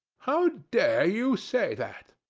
how dare you say that?